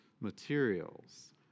materials